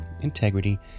Integrity